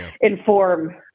inform